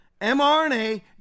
mRNA